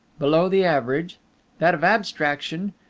below the average that of abstraction,